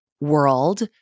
world